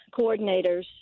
coordinators